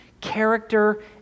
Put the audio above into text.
character